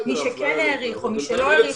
מי שכן האריך או מי שלא האריך,